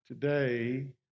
Today